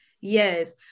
yes